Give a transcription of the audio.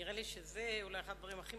נראה לי שזה אולי אחד הדברים הכי